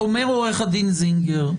אומר עורך הדין זינגר,